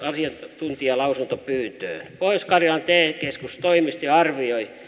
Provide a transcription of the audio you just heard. asiantuntijalausuntopyyntöön pohjois karjalan te keskustoimisto arvioi